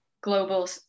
global